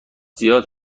زیاد